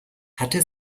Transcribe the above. hatte